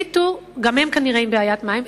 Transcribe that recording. גם הם כנראה עם בעיית מים,